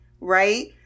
right